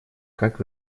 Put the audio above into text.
как